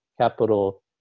Capital